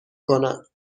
کنم